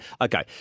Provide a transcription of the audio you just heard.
Okay